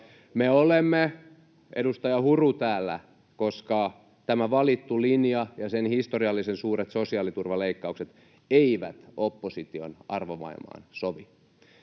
Me olemme, edustaja Huru, täällä, koska tämä valittu linja ja sen historiallisen suuret sosiaaliturvaleikkaukset eivät opposition arvomaailmaan sovi.